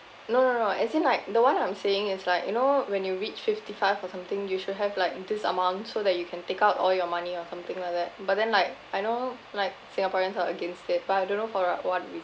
no no no as in like the one I'm saying is like you know when you reach fifty five or something you should have like in this amount so that you can take out all your money or something like that but then like I know like singaporeans are against it but I don't know for uh what